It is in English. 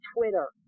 Twitter